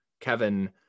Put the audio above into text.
Kevin